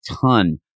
ton